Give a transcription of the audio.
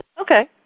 Okay